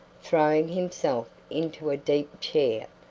throwing himself into a deep chair,